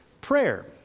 Prayer